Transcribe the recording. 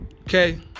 Okay